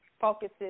focuses